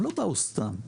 הם לא באו סתם,